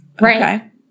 Right